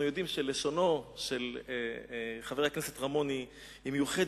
אנחנו יודעים שלשונו של חבר הכנסת רמון היא מיוחדת,